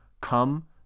come